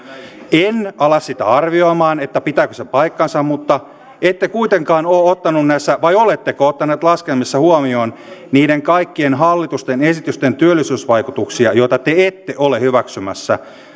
en ala sitä arvioimaan pitääkö se paikkansa mutta ette kuitenkaan ole ottaneet näissä vai oletteko ottaneet laskelmissa huomioon niiden kaikkien hallituksen esitysten työllisyysvaikutuksia joita te ette ole hyväksymässä